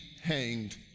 hanged